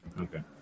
Okay